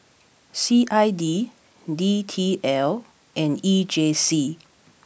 C I D D T L and E J C